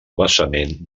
basament